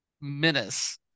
menace